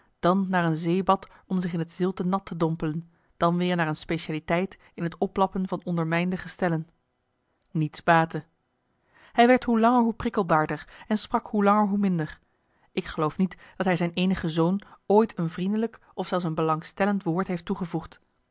dan naar een zeebad om zich in het zilte nat te dompelen dan weer naar een specialiteit in het oplappen van ondermijnde gestellen niets baatte hij werd hoe langer hoe prikkelbaarder en sprak hoe langer hoe minder ik geloof niet dat hij zijn eenige zoon ooit een vriendelijk of zelfs een belangstellend woord heeft toegevoegd